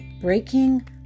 breaking